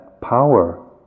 power